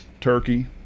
Turkey